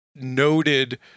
noted